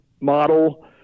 model